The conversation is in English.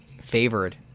favored